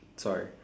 sorry